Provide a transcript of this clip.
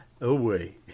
away